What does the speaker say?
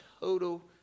total